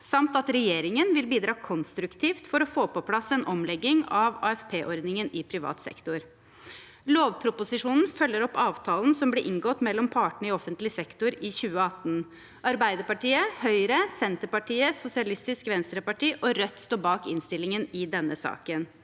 samt at regjeringen vil bidra konstruktivt for å få på plass en omlegging av AFP-ordningen i privat sektor. Lovproposisjonen følger opp avtalen som ble inngått mellom partene i offentlig sektor i 2018. Arbeiderpartiet, Høyre, Senterpartiet, Sosialistisk Venstreparti og Rødt står bak innstillingen i denne saken.